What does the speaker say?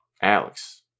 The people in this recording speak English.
Alex